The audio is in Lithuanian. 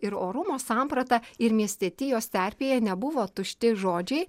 ir orumo samprata ir miestietijos terpėje nebuvo tušti žodžiai